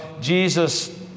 Jesus